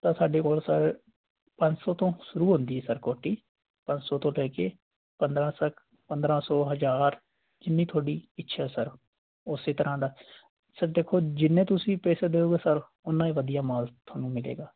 ਤਾਂ ਸਾਡੇ ਕੋਲ ਸਰ ਪੰਜ ਸੌ ਤੋਂ ਸ਼ੁਰੂ ਹੁੰਦੀ ਹੈ ਸਰ ਕੋਟੀ ਪੰਜ ਸੌ ਤੋਂ ਲੈ ਕੇ ਪੰਦਰ੍ਹਾਂ ਤੱਕ ਪੰਦਰ੍ਹਾਂ ਸੌ ਹਜ਼ਾਰ ਜਿੰਨੀ ਤੁਹਾਡੀ ਇੱਛਾ ਸਰ ਉਸੇ ਤਰ੍ਹਾਂ ਦਾ ਸਰ ਦੇਖੋ ਜਿੰਨੇ ਤੁਸੀਂ ਪੈਸੇ ਦਿਓਗੇ ਸਰ ਉਨਾਂ ਹੀ ਵਧੀਆ ਮਾਲ ਤੁਹਾਨੂੰ ਮਿਲੇਗਾ